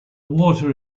water